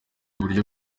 uburyo